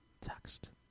Text